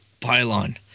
Pylon